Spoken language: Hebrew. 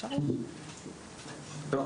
שוב